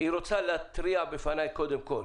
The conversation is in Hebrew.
היא רוצה להתריע בפניי, קודם כול,